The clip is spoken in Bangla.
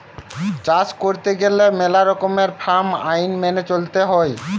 চাষ কইরতে গেলে মেলা রকমের ফার্ম আইন মেনে চলতে হৈ